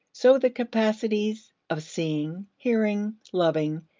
so the capacities of seeing, hearing, loving,